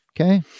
Okay